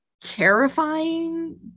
terrifying